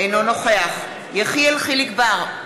אינו נוכח יחיאל חיליק בר,